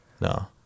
No